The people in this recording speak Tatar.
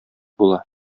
була